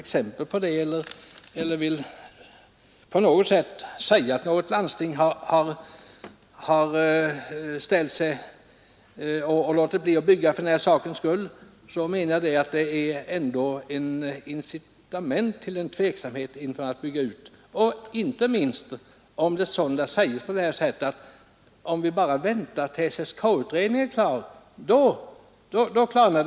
Även om jag inte vill göra gällande att något landsting av denna anledning skulle ha underlåtit att bygga ut, menar jag ändå att det är ett incitament till tveksamhet i detta avseende. Det gäller inte minst efter det besked jag i dag har fått att vi får vänta tills SSK-utredningen är färdig innan läget klarnar.